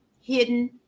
Hidden